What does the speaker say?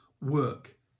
work